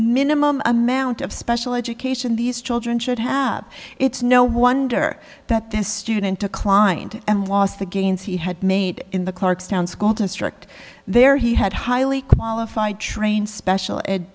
minimum amount of special education these children should have it's no wonder that this student declined and lost the gains he had made in the clarkstown school district there he had highly qualified trained special ed